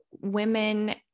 women